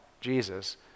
jesus